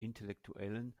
intellektuellen